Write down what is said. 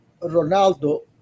Ronaldo